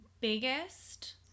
biggest